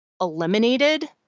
eliminated